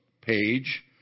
page